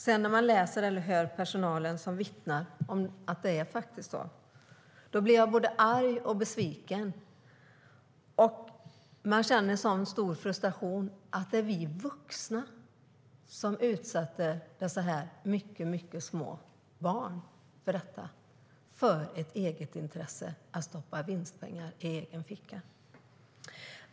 När jag sedan läser om eller hör personalen som vittnar om att det faktiskt är så blir jag både arg och besviken. Jag känner en så stor frustration över att det är vuxna som utsätter så här mycket små barn för detta för ett egenintresse, att stoppa vinstpengar i egen ficka.